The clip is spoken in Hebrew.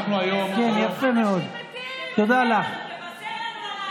תבשר לנו על העתיד, לא על העבר.